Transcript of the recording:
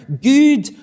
good